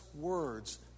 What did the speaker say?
words